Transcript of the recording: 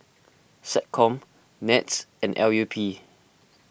SecCom NETS and L U P